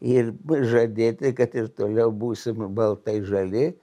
ir žadėti kad ir toliau būsim baltai žali